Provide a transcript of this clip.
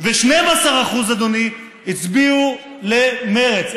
ו-12%, אדוני, הצביעו למרצ.